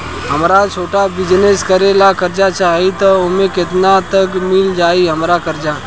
हमरा छोटा बिजनेस करे ला कर्जा चाहि त ओमे केतना तक मिल जायी हमरा कर्जा?